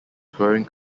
touring